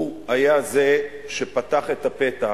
הוא היה זה שפתח את הפתח,